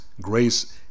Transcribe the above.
Grace